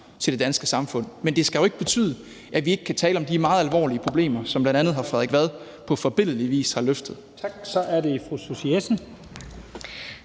til det danske samfund, men det skal jo ikke betyde, at vi ikke kan tale om de meget alvorlige problemer, som bl.a. hr. Frederik Vad på forbilledlig vis har løftet.